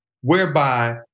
whereby